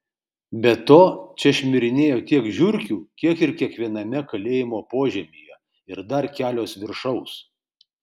be to čia šmirinėjo tiek žiurkių kiek ir kiekviename kalėjimo požemyje ir dar kelios viršaus